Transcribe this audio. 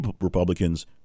Republicans